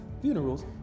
funerals